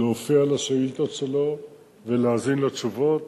להופיע לשאילתות שלו ולהאזין לתשובות.